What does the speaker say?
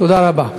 תודה רבה.